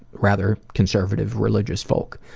rather conservative, religious folk.